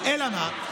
אלא מה?